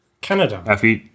Canada